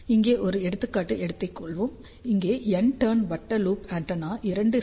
இங்கே ஒரு எடுத்துக்காட்டு எடுத்துக்கொள்வோம் இங்கே N டர்ன் வட்ட லூப் ஆண்டெனா 2 செ